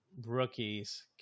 rookies